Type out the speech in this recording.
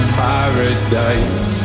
paradise